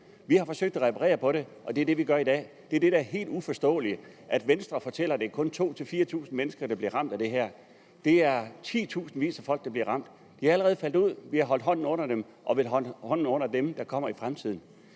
Vi har forsøgt at reparere på det, og det er det, vi gør i dag, og det er helt uforståeligt, at Venstre fortæller, at det kun er 2.000-4.000 mennesker, der bliver ramt af det her. Det er titusindvis af folk, der bliver ramt. Vi har holdt hånden under dem, der allerede er faldet ud, og vi vil holde hånden under dem, der kommer til